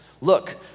Look